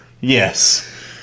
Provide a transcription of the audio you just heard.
Yes